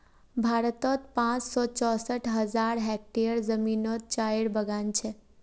भारतोत पाँच सौ चौंसठ हज़ार हेक्टयर ज़मीनोत चायेर बगान छे